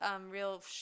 real